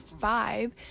five